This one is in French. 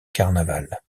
carnaval